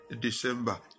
December